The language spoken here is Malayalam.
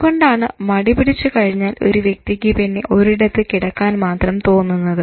അതുകൊണ്ടാണ് മടിപിടിച്ചു കഴിഞ്ഞാൽ ഒരു വ്യക്തിക്ക് പിന്നെ ഒരിടത്ത് കിടക്കാൻ മാത്രം തോന്നുന്നത്